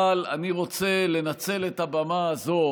אבל אני רוצה לנצל את הבמה הזו